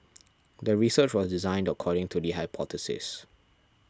the research was designed according to the hypothesis